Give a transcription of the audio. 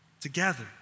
together